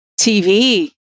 TV